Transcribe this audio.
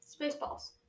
Spaceballs